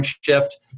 shift